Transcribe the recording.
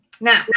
Now